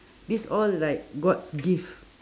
this all like god's gift